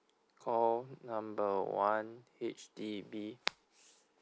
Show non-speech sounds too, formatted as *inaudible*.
call number one H_D_B *noise*